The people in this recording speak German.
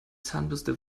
zahnbürste